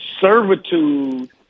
servitude